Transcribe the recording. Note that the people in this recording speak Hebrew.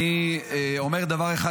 אני אומר דבר אחד,